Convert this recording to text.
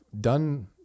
done